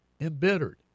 embittered